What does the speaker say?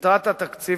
יתרת התקציב,